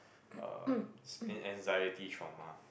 uh and anxiety trauma